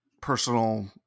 personal